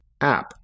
app